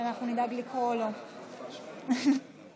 גברתי